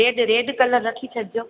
red red colour रखी छॾिजो